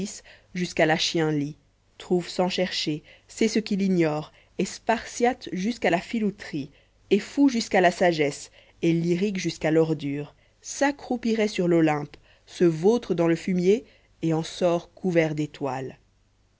jusqu'à la chienlit trouve sans chercher sait ce qu'il ignore est spartiate jusqu'à la filouterie est fou jusqu'à la sagesse est lyrique jusqu'à l'ordure s'accroupirait sur l'olympe se vautre dans le fumier et en sort couvert d'étoiles